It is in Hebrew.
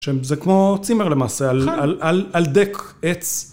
שזה כמו צימר למעשה, על דק עץ.